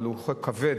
אבל הוא חוק כבד,